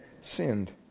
sinned